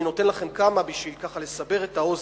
אני נותן לכם כמה בשביל ככה לסבר את האוזן.